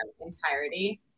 entirety